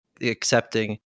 accepting